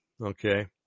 okay